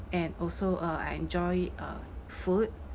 and also uh I enjoy uh food